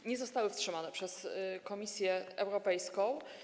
To nie zostało wstrzymane przez Komisję Europejską.